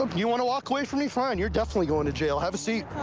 um you want to walk away from me? fine. you're definitely going to jail. have a seat.